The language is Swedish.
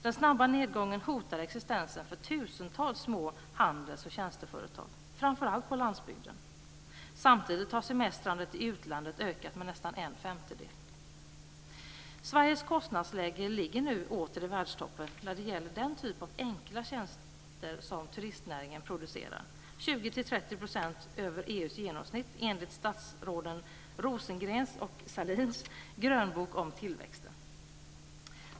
Den snabba nedgången hotar existensen för tusentals små handels och tjänsteföretag, framför allt på landsbygden. Samtidigt har semestrandet i utlandet ökat med nästan en femtedel. Sveriges kostnadsläge ligger nu åter i världstoppen när det gäller den typ av enkla tjänster som turistnäringen producerar, 20-30 % över EU:s genomsnitt enligt statsråden Rosengrens och Sahlins grönbok om tillväxten.